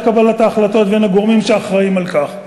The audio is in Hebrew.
קבלת ההחלטות ובין הגורמים שאחראים לכך.